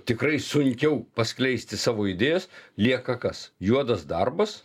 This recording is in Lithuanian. tikrai sunkiau paskleisti savo idėjas lieka kas juodas darbas